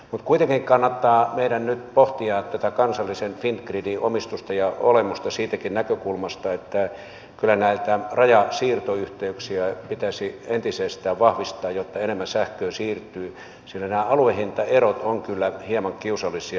mutta kuitenkin meidän kannattaa nyt pohtia tätä kansallisen fingridin omistusta ja olemusta siitäkin näkökulmasta että kyllä näitä rajasiirtoyhteyksiä pitäisi entisestään vahvistaa jotta enemmän sähköä siirtyy sillä nämä aluehintaerot ovat kyllä hieman kiusallisia